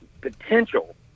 potential